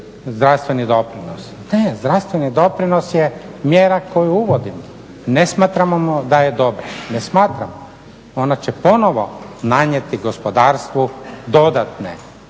zdravstveni doprinos. Ne, zdravstveni doprinos je mjera koju uvodimo. Ne smatramo da je dobra, ne smatramo. Ona će ponovo nanijeti gospodarstvu dodatne